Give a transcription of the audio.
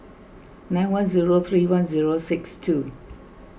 nine one zero three one zero six two